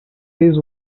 this